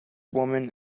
woman